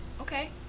okay